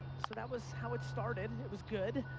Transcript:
so that was how it started. it was good.